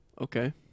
Okay